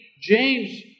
James